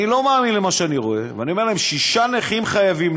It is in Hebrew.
אני לא מאמין למה שאני רואה ואני אומר להם: שישה נכים חייבים?